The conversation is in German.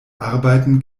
arbeiten